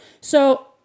So-